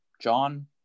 John